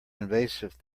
invasive